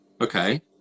okay